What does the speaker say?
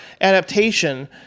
adaptation